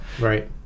right